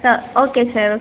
சா okay sir okay